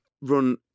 run